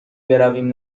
برویم